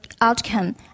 outcome